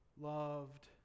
loved